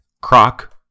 Croc